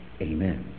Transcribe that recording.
Amen